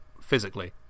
physically